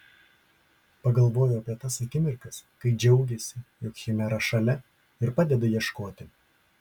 pagalvojo apie tas akimirkas kai džiaugėsi jog chimera šalia ir padeda ieškoti